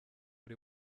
ari